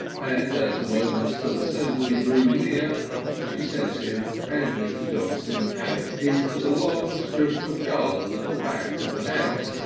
and as the moments of assembly drew near she sent him and mr. johnson out into the narrow long strip of garden at the back of the house,